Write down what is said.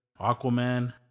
Aquaman